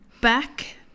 back